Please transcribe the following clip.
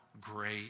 great